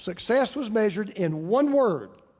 success was measured in one word,